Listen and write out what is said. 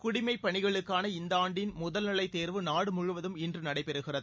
குடிமைப்பணிகளுக்காள இந்த ஆண்டின் முதல்நிலைத் தேர்வு நாடு முழுவதும் இன்று நடைபெறுகிறது